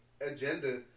agenda